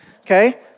Okay